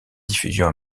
diffusion